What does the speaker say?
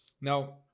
Now